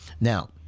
Now